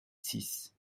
six